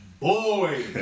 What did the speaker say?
Boy